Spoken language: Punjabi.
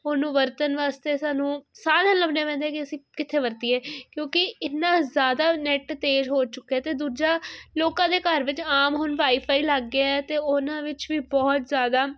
ਉਹਨੂੰ ਵਰਤਣ ਵਾਸਤੇ ਸਾਨੂੰ ਸਾਧਣ ਲੱਭਣੇ ਪੈਂਦੇ ਕਿ ਅਸੀਂ ਕਿੱਥੇ ਵਰਤੀਏ ਕਿਉਂਕਿ ਇੰਨਾ ਜ਼ਿਆਦਾ ਨੈੱਟ ਤੇਜ਼ ਹੋ ਚੁੱਕਿਆ ਅਤੇ ਦੂਜਾ ਲੋਕਾਂ ਦੇ ਘਰ ਵਿੱਚ ਆਮ ਹੁਣ ਵਾਈਫਾਈ ਲੱਗ ਗਿਆ ਅਤੇ ਉਹਨਾਂ ਵਿੱਚ ਵੀ ਬਹੁਤ ਜ਼ਿਆਦਾ